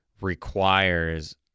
requires